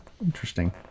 Interesting